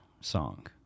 song